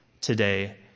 today